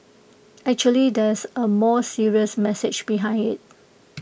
actually there's A more serious message behind IT